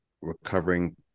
recovering